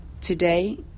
Today